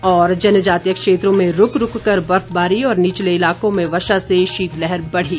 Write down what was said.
और जनजातीय क्षेत्रों में रुक रुक कर बर्फबारी और निचले इलाकों में वर्षा से शीतलहर बढ़ी